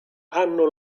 hanno